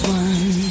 one